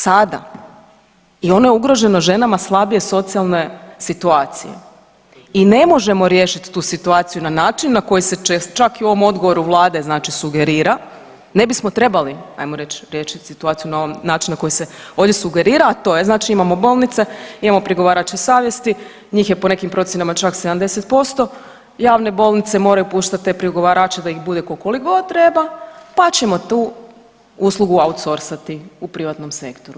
Sada i ono je ugroženo ženama slabije socijalne situacije i ne možemo riješiti tu situaciju na način na koji se čak ovom odgovoru Vlade znači sugerira, ne bismo trebali, ajmo reći, ... situaciju na ovom načinu kako se ovdje sugerira, a to je znači imamo bolnice, imamo prigovarače savjesti, njih je po nekim procjenama čak 70%, javne bolnice moraju puštati te prigovarače da ih bude koliko ih god treba pa ćemo tu uslugu outsourcati u privatnom sektoru.